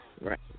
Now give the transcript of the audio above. Right